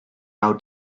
how